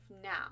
now